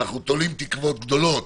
אנחנו תולים תקוות גדולות